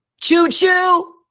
Choo-choo